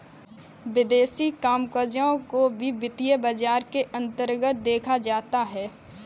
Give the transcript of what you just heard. विदेशी कामकजों को भी वित्तीय बाजार के अन्तर्गत देखा जाता है